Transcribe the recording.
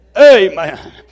Amen